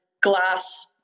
glass